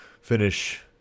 finish